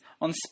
on